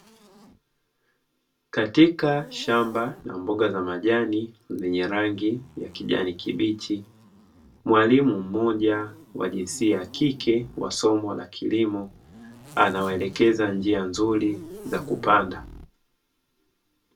Katika shamba la mboga za majani zenye rangi ya kijani kibichi, mwalimu mmoja wa jinsia ya kike wa somo la kilimo anawaelekeza njia nzuri za kupanda.